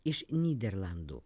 iš nyderlandų